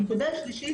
נקודה שלישית.